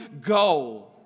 go